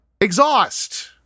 Exhaust